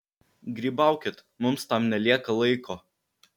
grybaukit mums tam nelieka laiko